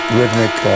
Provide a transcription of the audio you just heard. rhythmic